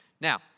Now